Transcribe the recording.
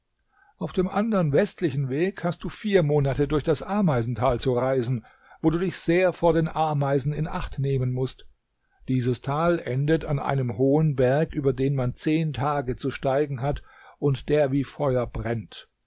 auf dem andern westlichen weg hast du vier monate durch das ameisental zu reisen wo du dich sehr vor den ameisen in acht nehmen mußt dieses tal endet an einem hohen berg über den man zehn tage zu steigen hat und der wie feuer brennt